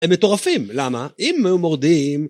הם מטורפים, למה? אם היו מורדים...